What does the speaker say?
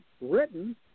written